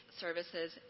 services